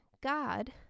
God